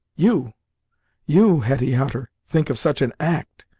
you you, hetty hutter, think of such an act!